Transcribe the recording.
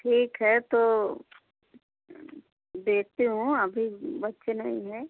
ठीक है तो देखती हूँ अभी बच्चे नहीं हैं